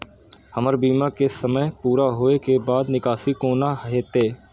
हमर बीमा के समय पुरा होय के बाद निकासी कोना हेतै?